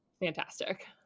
fantastic